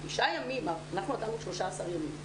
אנחנו נתנו 13 ימים.